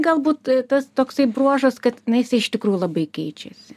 galbūt tas toksai bruožas kad na jisai iš tikrųjų labai keičiasi